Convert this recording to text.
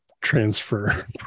transfer